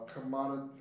commodity